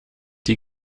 die